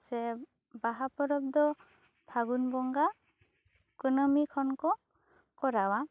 ᱥᱮ ᱵᱟᱦᱟ ᱯᱚᱨᱚᱵᱽ ᱫᱚ ᱯᱷᱟᱹᱜᱩᱱ ᱵᱚᱝᱜᱟ ᱠᱩᱱᱟᱹᱢᱤ ᱠᱷᱚᱱ ᱠᱚ ᱠᱚᱨᱟᱣᱟ